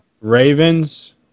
Ravens